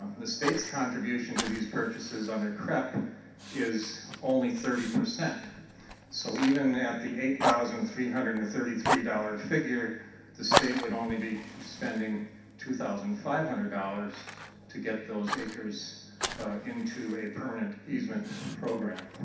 the state's contribution to these purchases under crep is only thirty percent so even at the eight thousand three hundred and thirty three dollars figure the state would only be spending two thousand five hundred dollars to get those acres into a permanent easement program.